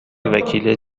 وکیل